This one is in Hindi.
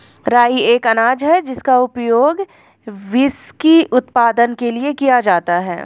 राई एक अनाज है जिसका उपयोग व्हिस्की उत्पादन के लिए किया जाता है